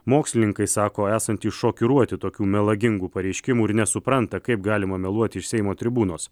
mokslininkai sako esantys šokiruoti tokių melagingų pareiškimų ir nesupranta kaip galima meluoti iš seimo tribūnos